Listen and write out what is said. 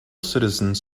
citizens